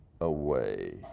away